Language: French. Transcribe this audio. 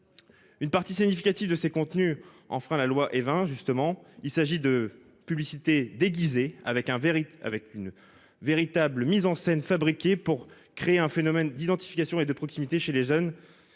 Une partie significative de ces contenus enfreint la loi Évin. Justement, il s'agit de publicité déguisée avec un vérité avec une véritable mise en scène fabriqué pour créer un phénomène d'identification et de proximité chez les jeunes, c'est